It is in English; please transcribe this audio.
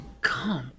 Come